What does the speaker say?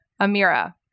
Amira